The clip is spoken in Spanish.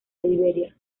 liberia